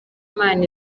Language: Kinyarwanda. imana